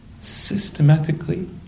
systematically